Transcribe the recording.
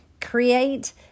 create